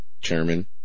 Chairman